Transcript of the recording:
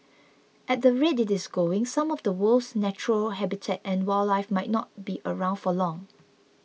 at the rate it is going some of the world's natural habitat and wildlife might not be around for long